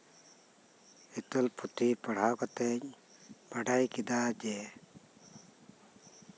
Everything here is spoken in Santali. ᱦᱤᱛᱟᱹᱞ ᱯᱩᱛᱷᱤᱧ ᱯᱟᱲᱦᱟᱣ ᱠᱟᱛᱮᱧ ᱵᱟᱰᱟᱭ ᱠᱮᱫᱟ ᱡᱮ